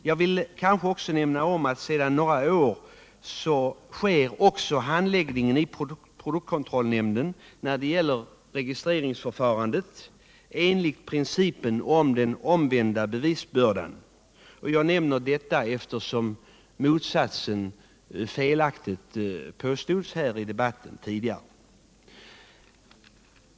Jag vill också nämna att sedan några år sker ett registreringsförfarande inom produktkontrollnämnden enligt principen om den omvända bevisbördan. Jag nämner detta eftersom motsatsen felaktigt påstods i debatten tidigare.